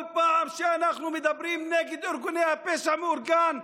כל פעם שאנחנו מדברים נגד ארגוני הפשע המאורגן,